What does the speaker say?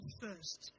first